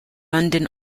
london